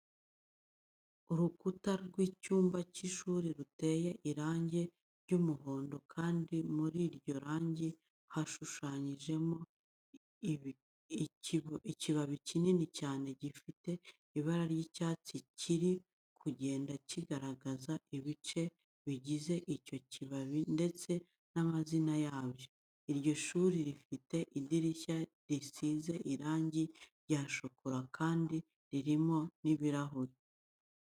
Urukuta rw'icyumba cy'ishuri ruteye irangi ry'umuhondo kandi muri iryo rangi hashushanyijemo ikibabi kinini cyane gifite ibara ry'icyatsi kiri kugenda kigaragaza ibice bigize icyo kibabi ndetse n'amazina yabyo. Iryo shuri rifite idirishya risize irangi rya shokora kandi ririmo n'ibirahure.